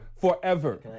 forever